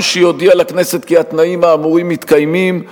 שיודיע לכנסת כי התנאים האמורים מתקיימים,